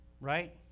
right